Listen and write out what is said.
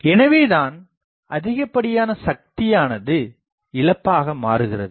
எனவேதான் அதிகப்படியான சக்தியானது இழப்பாக மாறுகிறது